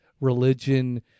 religion